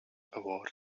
award